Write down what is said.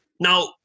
now